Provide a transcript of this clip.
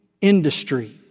industry